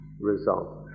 result